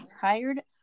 tired